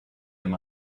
him